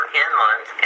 inland